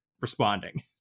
responding